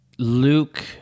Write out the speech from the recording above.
luke